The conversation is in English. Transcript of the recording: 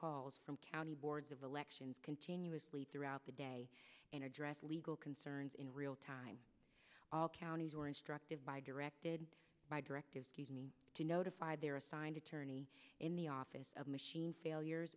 calls from county boards of elections continuously throughout the day in a dress legal concerns in real time all counties were instructed by directed by directed me to notify their assigned attorney in the office of machine failures